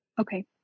Okay